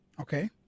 Okay